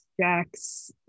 Jack's